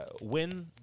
win